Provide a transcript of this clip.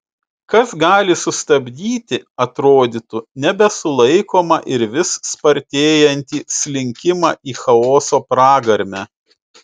kas gali sustabdyti atrodytų nebesulaikomą ir vis spartėjantį slinkimą į chaoso pragarmę